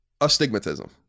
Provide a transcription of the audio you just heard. astigmatism